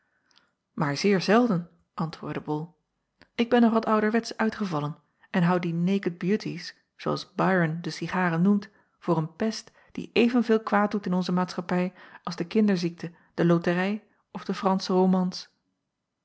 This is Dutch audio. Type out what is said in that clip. aar zeer zelden antwoordde ol ik ben nog wat ouderwetsch uitgevallen en hou die naked beauties zoo als yron de cigaren noemt voor een pest die evenveel kwaad doet in onze maatschappij als de kinderziekte de loterij of de ransche romans